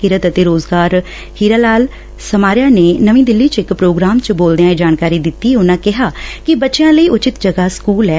ਕਿਰਤ ਅਤੇ ਰੋਜਗਾਰ ਹੀਰਾ ਲਾਲ ਸਮਾਰੀਆ ਨੇ ਨਵੀਂ ਦਿੱਲੀ ਚ ਇਕ ਪ੍ਰੋਗਰਾਮ ਚ ਬੋਲਦਿਆਂ ਇਹ ਜਾਣਕਾਰੀ ਦਿੱਤੀ ਉਨ੍ਹਾਂ ਕਿਹਾ ਕਿ ਬੱਚਿਆਂ ਲਈ ਉਚਿਤ ਜਗ੍ਹਾ ਸਕੂਲ ਐ